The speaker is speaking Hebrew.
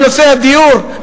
בנושא הדיור.